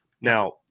Now